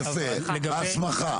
יפה, ההסמכה.